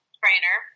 trainer